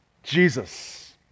jesus